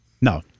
No